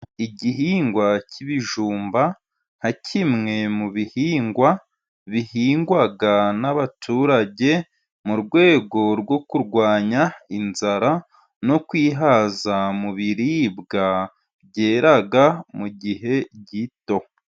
Igihingwa cy'ibijumba, nka kimwe mu bihingwa bihingwa n'abaturage, mu rwego rwo kurwanya inzara, no kwihaza mu biribwa byera mu gihe gito.